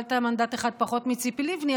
קיבלת מנדט אחד פחות מציפי לבני,